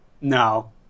No